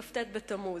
כ"ט בתמוז.